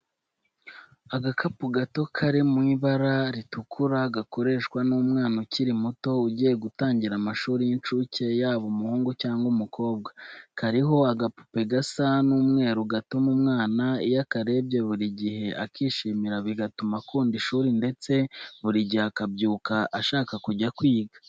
Agakapu gato kari mu ibara ritukura gakoreshwa n'umwana ukiri muto ugiye gutangira amashuri y'incuke yaba umuhungu cyangwa umukobwa, kariho agapupe gasa n'umweru gatuma umwana iyo akarebye buri gihe akishimira bigatuma akunda ishuri ndetse buri gihe akabyuka ashaka kujya kwiga.